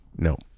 No